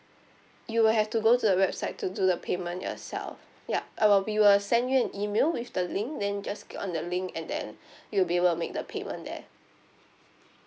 you will have to go to the website to do the payment yourself yup I will we will send you an email with the link then just click on the link and then you will be able to make the payment there